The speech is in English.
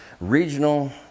regional